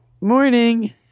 Morning